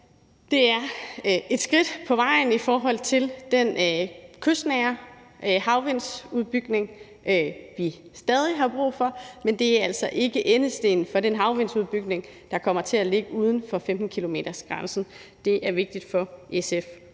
er et skridt på vejen i forhold til den kystnære havvindsudbygning, vi stadig har brug for, men det er altså ikke slutstenen for den havvindsudbygning, der kommer til at ligge uden for 15-kilometersgrænsen. Det er vigtigt for SF